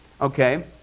okay